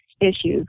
issues